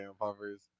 poppers